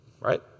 Right